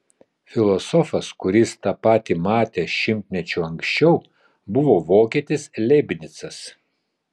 filosofas kuris tą patį matė šimtmečiu anksčiau buvo vokietis leibnicas